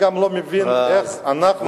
מבין איך אנחנו,